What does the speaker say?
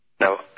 Now